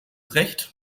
recht